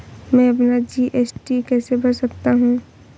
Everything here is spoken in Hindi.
मैं अपना जी.एस.टी कैसे भर सकता हूँ?